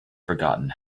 forgotten